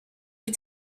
wyt